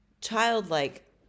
childlike